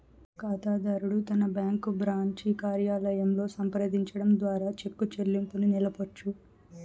కాతాదారుడు తన bank branch కార్యాలయంలో సంప్రదించడం ద్వారా చెక్కు చెల్లింపుని నిలపొచ్చు